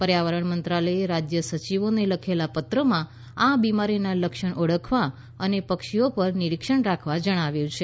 પર્યાવરણ મંત્રાલયે રાજ્ય સચિવોને લખેલા પત્રમાં આ બિમારીના લક્ષણો ઓળખવા પક્ષીઓ પર નિરીક્ષણ રાખવા જણાવ્યું છે